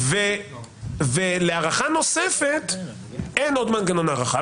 ולהארכה נוספת אין עוד מנגנון הארכה.